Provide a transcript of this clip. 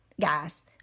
guys